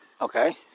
Okay